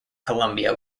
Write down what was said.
columbia